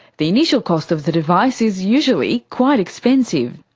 the initial cost of the device is usually quite expensive.